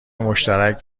مشترک